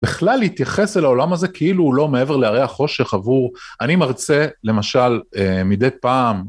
בכלל להתייחס אל העולם הזה כאילו הוא לא מעבר להרי החושך עבור... אני מרצה למשל אה, מדי פעם...